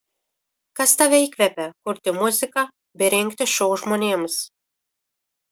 kas tave įkvepia kurti muziką bei rengti šou žmonėms